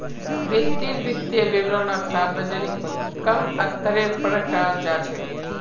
व्यक्तिर वित्तीय विवरणक सार्वजनिक क म स्तरेर पर कराल जा छेक